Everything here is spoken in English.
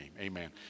Amen